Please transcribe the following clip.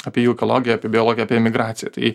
apie jų ekologiją apie biologiją apie emigraciją tai